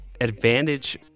advantage